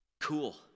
cool